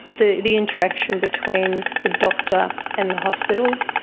the the interaction between the doctor and the hospital,